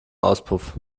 auspuff